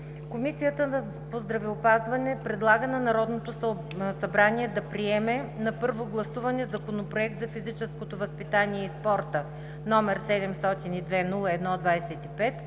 Комисията по здравеопазване предлага на Народното събрание да приеме на първо гласуване Законопроект за физическото възпитание и спорта, № 702-01-25,